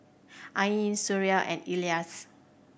Ain Suria and Elyas